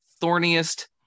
thorniest